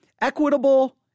equitable